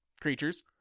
creatures